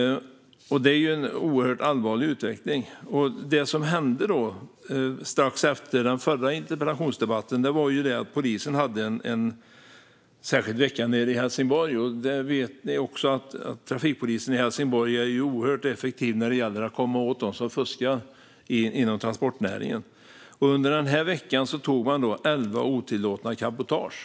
Det är en oerhört allvarlig utveckling. Det som hände strax efter den förra interpellationsdebatten var att polisen arrangerade en särskild vecka i Helsingborg. Ni vet att trafikpolisen i Helsingborg är oerhört effektiv när det gäller att komma åt dem som fuskar inom transportnäringen. Under denna vecka tog man elva otillåtna cabotage.